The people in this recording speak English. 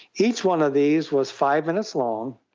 each one of these was five minutes long,